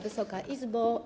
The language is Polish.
Wysoka Izbo!